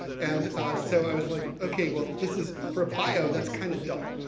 and so i was like, okay well this is, for a bio, that's kind of dull.